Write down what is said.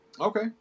Okay